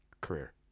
career